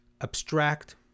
abstract